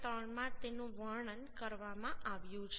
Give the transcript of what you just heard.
3 માં તેનું વર્ણન કરવામાં આવ્યું છે